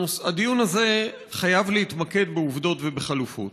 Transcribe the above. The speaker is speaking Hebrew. הדיון הזה חייב להתמקד בעובדות ובחלופות.